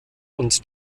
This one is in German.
und